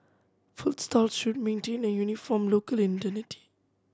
food stalls should maintain a uniform local identity